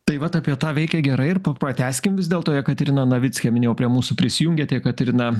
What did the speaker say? tai vat apie tą veikia gerai ir pratęskim vis dėlto jekaterina navickė minėjau prie mūsų prisijungėt jekaterina